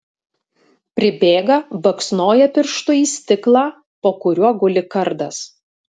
pribėga baksnoja pirštu į stiklą po kuriuo guli kardas